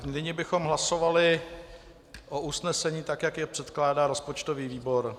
Nyní bychom hlasovali o usnesení tak, jak jej předkládá rozpočtový výbor.